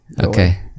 okay